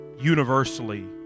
universally